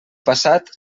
passat